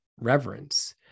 reverence